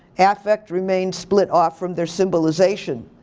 and affect remains split off from their symbolization.